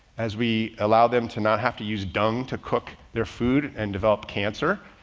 as we allow them to not have to use dung to cook their food and develop cancer,